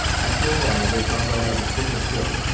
after a while they found out i was quick of foot,